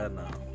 now